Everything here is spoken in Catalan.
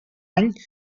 any